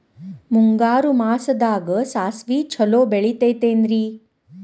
ಮುಂಗಾರು ಮಾಸದಾಗ ಸಾಸ್ವಿ ಛಲೋ ಬೆಳಿತೈತೇನ್ರಿ?